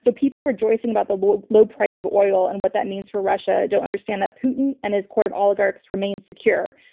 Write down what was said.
so people rejoicing about the low low price of oil and what that means for russia don't understand that putin and his court of oligarchs remain secure.